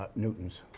ah newtons.